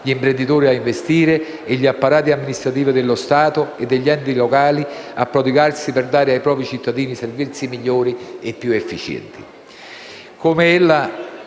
gli imprenditori a investire e gli apparati amministrativi dello Stato e degli enti locali a prodigarsi per dare ai propri cittadini servizi migliori e più efficienti.